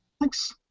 thanks